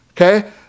okay